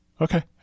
okay